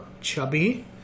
chubby